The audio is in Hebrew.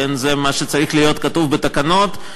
זה מה שצריך להיות כתוב בתקנות.